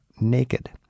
naked